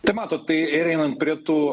tai matot einant prie tų